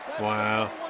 Wow